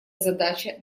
задача